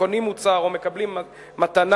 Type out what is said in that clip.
קונים מוצר או מקבלים מתנה,